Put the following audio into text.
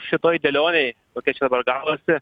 šitoj kelionėj kokia čia dabar gavosi